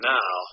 Now